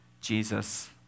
Jesus